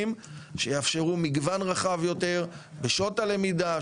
שיאפשרו מגוון רחב יותר בשעות הלמידה,